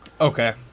Okay